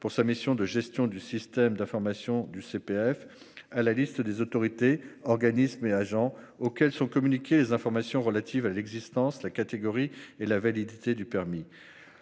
de sa mission de gestion du système d'information du CPF, à la liste des autorités, organismes et agents auxquels sont communiquées les informations relatives à l'existence, la catégorie et la validité du permis